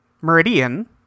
Meridian